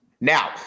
Now –